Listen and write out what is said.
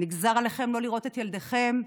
נגזר עליכם לא לראות את ילדיכם,